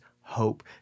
hope